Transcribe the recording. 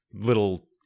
little